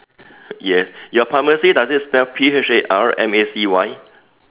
yes your pharmacy does it spell P H A R M A C Y